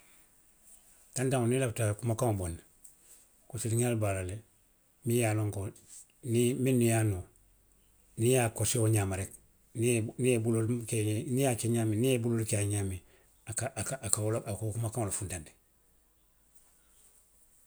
Tantaŋo niŋ i lafita a ye kumakaŋo bondi, kosiriňaalu le be a la le miŋ ye a loŋ ko, minnu ye a noo, niŋ i ye a kosi wo ňaama rek, niŋ i ye, niŋ i ye buloo; niŋ iye i buloolu ke ňaamiŋ, a ka, a ka wo, a ka wo la, a ka wo kumakaŋo le funtandi.